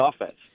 offense